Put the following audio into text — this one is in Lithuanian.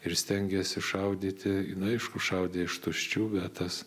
ir stengėsi šaudyti nu aišku šaudė iš tuščių bet tas